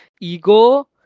ego